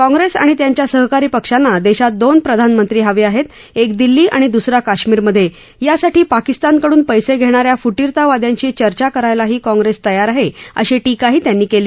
काँग्रेस आणि त्यांच्या सहकारी पक्षांना देशात दोन प्रधानमंत्री हवे आहेत एक दिल्ली आणि दुसरा कश्मीरमधे यासाठी पाकिस्तानकडून पैसे घेणा या फुटीरतावाद्यांशी चर्चा करायलाही काँप्रेस तयार अशी टीकाही त्यांनी केली